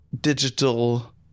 digital